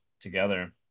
together